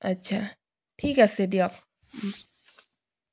আচ্ছা ঠিক আছে দিয়ক